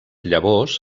llavors